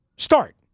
Start